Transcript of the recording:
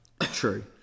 true